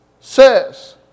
says